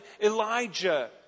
Elijah